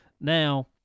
Now